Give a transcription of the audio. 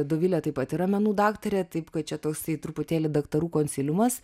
dovilė taip pat yra menų daktarė taip kad čia toksai truputėlį daktarų konsiliumas